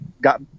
Got